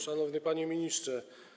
Szanowny Panie Ministrze!